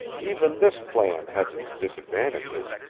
even this plan has its disadvantages,